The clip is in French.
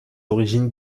origines